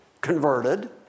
converted